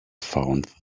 found